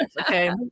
okay